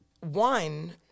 one